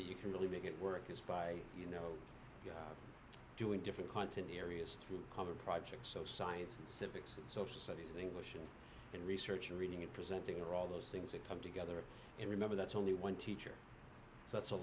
that you can really make it work is by you know doing different content areas through cover projects so science and civics and social studies in english and in research and reading and presenting are all those things that come together and remember that's only one teacher so it's a